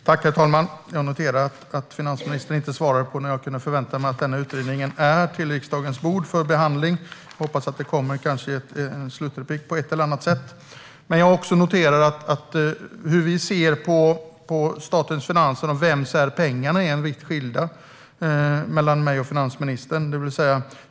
Herr talman! Jag noterar att finansministern inte svarade på när jag kan förvänta mig att utredningen läggs på riksdagens bord för behandling. Jag hoppas att detta kommer i ett senare inlägg på ett eller annat sätt. Jag noterar också att jag och finansministern har helt olika syn på statens finanser och vems pengarna är.